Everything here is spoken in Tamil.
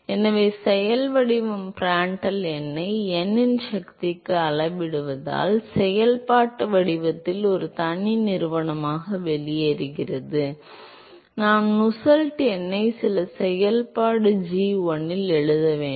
எனவே செயல் வடிவம் பிராண்டட்ல் எண்ணை n இன் சக்திக்கு அளவிடுவதால் செயல்பாட்டு வடிவத்தில் ஒரு தனி நிறுவனமாக வெளியேறுகிறது நாம் நுசெல்ட் எண்ணை சில செயல்பாடு g1 இல் எழுத முடியும்